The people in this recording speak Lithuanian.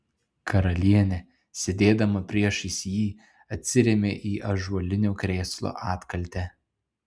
karalienė sėdėdama priešais jį atsirėmė į ąžuolinio krėslo atkaltę